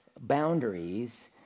boundaries